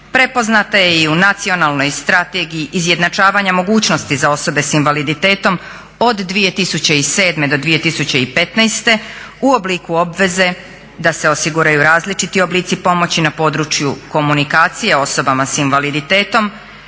prepoznata je i u Nacionalnoj strategiji izjednačavanja mogućnosti za osobe s invaliditetom od 2007. do 2015. u obliku obveze da se osiguraju različiti oblici pomoći na području komunikacije osobama s invaliditetom